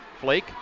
Flake